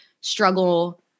struggle